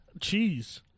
Cheese